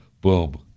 Boom